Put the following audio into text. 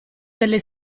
delle